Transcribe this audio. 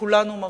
שכולנו מרגישים,